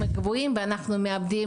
אבל כולם באמת עובדים